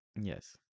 Yes